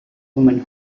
women